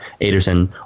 Aderson